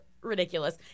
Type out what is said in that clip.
ridiculous